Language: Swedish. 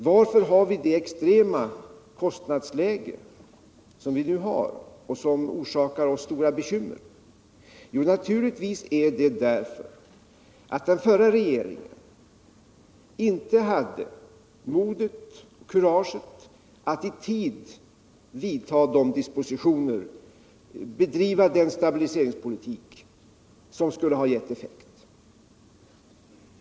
Varför har vi det extrema kostnadsläge som vi nu har och som orsakar oss stora bekymmer? Jo, naturligtvis är det därför att den förra regeringen inte hade modet att i tid bedriva en effektiv stabiliseringspolitik.